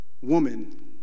woman